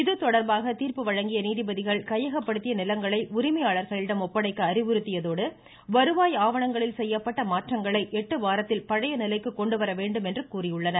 இதுதொடர்பாக தீர்ப்பு வழங்கிய நீதிபதிகள் கையகப்படுத்திய நிலங்களை உரிமையாளர்களிடம் ஒப்படைக்க அறிவுறுத்தியதோடு வருவாய் ஆவணங்களில் செய்யப்பட்ட மாற்றங்களை எட்டு வாரத்தில் பழைய நிலைக்கு கொண்டு வர வேண்டும் என்றும் கூறினர்